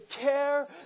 care